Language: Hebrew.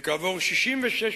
שכעבור 66 שנים,